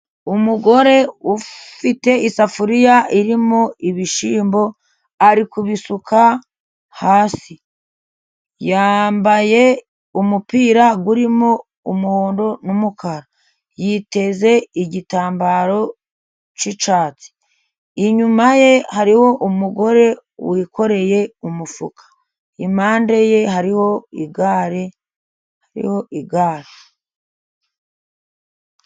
Umugore ufite isafuriya irimo ibishyimbo . Ari kubisuka hasi. Yambaye umupira urimo umuhondo n'umukara . Yiteze igitambaro k'icyatsi. Inyuma ye hariho umugore wikoreye umufuka ,impande ye hariho igare hariho igare.